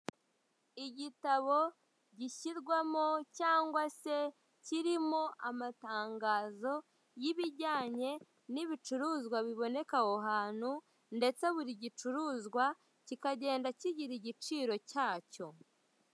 Igitabo gishyirwamo cyangwa se kirimo amatangazo y'ibijyanye n'ibicuruzwa biboneka aho hantu, ndetse buri gicuruzwa kikagenda kigira igiciro cyacyo.